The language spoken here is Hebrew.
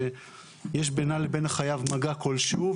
שיש בינה לבין החייב מגע כלשהו.